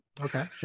okay